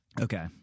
Okay